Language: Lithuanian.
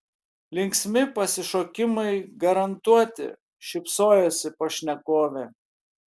linksmi pasišokimai garantuoti šypsojosi pašnekovė